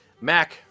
Mac